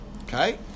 okay